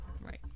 Right